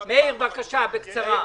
מאיר, בבקשה, בקצרה.